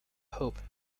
hope